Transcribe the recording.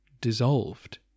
dissolved